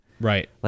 Right